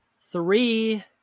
three